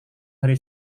hari